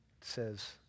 says